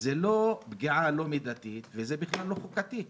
זה לא פגיעה לא מידתית וזה לא חוקתי?